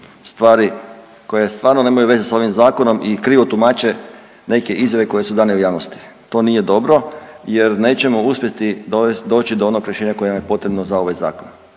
stvari koje stvarno nemaju veze sa ovim zakonom i krivo tumače neke izjave koje su dane u javnosti. To nije dobro, jer nećemo uspjeti doći do onog rješenja koje nam je potrebno za ovaj zakon.